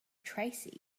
tracy